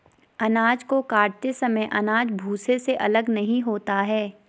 अनाज को काटते समय अनाज भूसे से अलग नहीं होता है